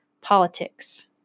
Politics